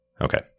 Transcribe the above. Okay